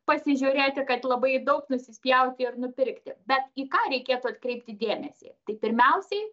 pasižiūrėti kad labai daug nusispjauti ir nupirkti bet į ką reikėtų atkreipti dėmesį tai pirmiausiai